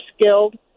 skilled